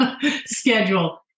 schedule